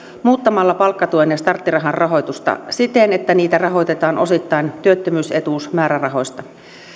muuttamalla palkkatuen ja starttirahan rahoitusta siten että niitä rahoitetaan osittain työttömyysetuusmäärärahoista